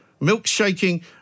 Milkshaking